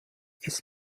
ist